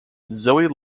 zoe